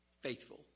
Faithful